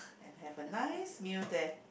and have a nice meal there